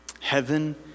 Heaven